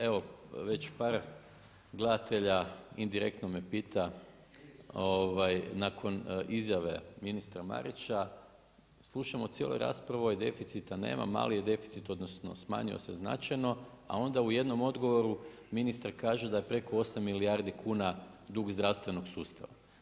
Evo već par gledatelja, indirektno me pita nakon izjave ministra Marića, slušamo cijelu raspravu, deficita nema, mali je deficit, odnosno smanjio se značajno, a ona u jednom odgovoru ministar kaže da je preko 8 milijardi kuna dug zdravstvenog sustava.